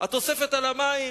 התוספת על המים,